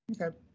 Okay